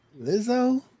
Lizzo